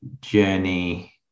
journey